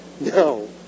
No